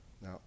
Now